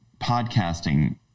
podcasting